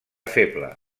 feble